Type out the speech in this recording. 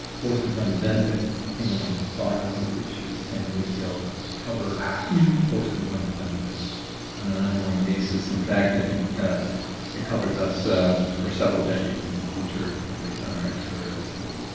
post-employment benefits. it's payment on the bonds that were issued ten years ago to cover post-employment benefits on an ongoing basis. in fact, i think it covers us for several decades in the future based on our actuarial study.